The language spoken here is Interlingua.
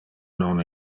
non